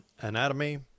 anatomy